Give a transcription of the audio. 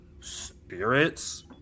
spirits